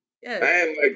Yes